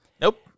Nope